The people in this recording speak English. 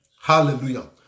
Hallelujah